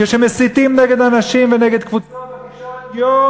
כשמסיתים נגד אנשים ונגד קבוצות יום-יום,